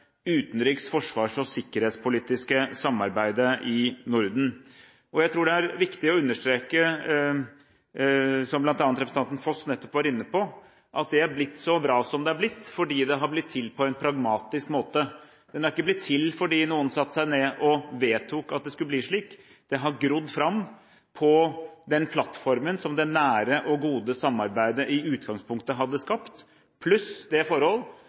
utenriks-, forsvars- og sikkerhetspolitiske samarbeidet i Norden. Jeg tror det er viktig å understreke – som bl.a. representanten Foss nettopp var inne på – at det har blitt så bra som det har blitt fordi det har blitt til på en pragmatisk måte. Det er ikke blitt til fordi noen satte seg ned og vedtok at det skulle bli slik – det har grodd fram på den plattformen som det nære og gode samarbeidet i utgangspunktet hadde skapt. I tillegg kommer det forhold